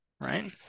right